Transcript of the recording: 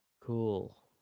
Cool